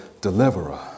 deliverer